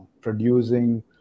producing